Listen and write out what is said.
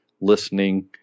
listening